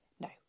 No